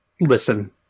listen